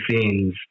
scenes